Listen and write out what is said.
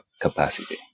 capacity